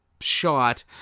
shot